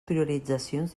prioritzacions